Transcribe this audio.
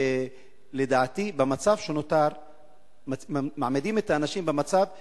ולדעתי במצב שנותר מעמידים את האנשים במצב שאי-אפשר,